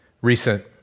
recent